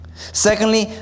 Secondly